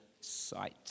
sight